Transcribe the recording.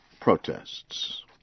protests